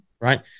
right